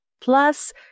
plus